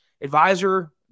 advisor